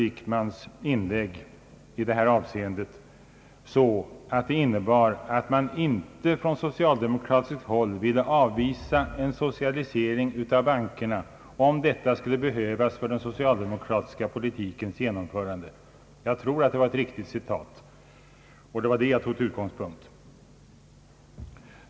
Jag fattade statsrådets Wickmans uttalande så, att man från socialdemokratiskt håll inte vill avvisa tanken på en socialisering av bankerna, om detta skulle behövas för den socialdemokratiska politikens genomförande. Det var detta citat jag hade såsom utgångspunkt.